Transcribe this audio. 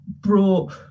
brought